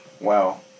Wow